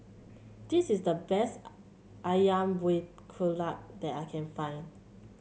this is the best ayam Buah Keluak that I can find